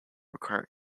require